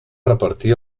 repartir